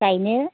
गायनो